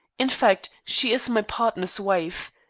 in fact, she is my partner's wife.